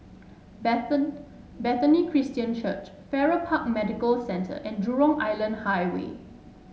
Bethany Christian Church Farrer Park Medical Centre and Jurong Island Highway